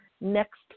next